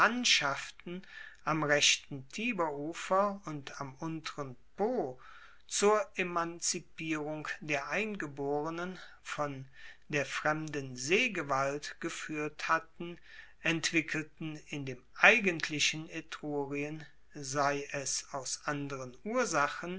am rechten tiberufer und am unteren po zur emanzipierung der eingeborenen von der fremden seegewalt gefuehrt hatten entwickelten in dem eigentlichen etrurien sei es aus anderen ursachen